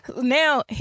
Now